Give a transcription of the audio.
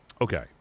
Okay